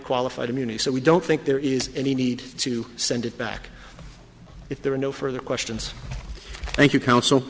qualified immunity so we don't think there is any need to send it back if there are no further questions thank you